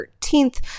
13th